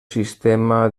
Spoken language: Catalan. sistema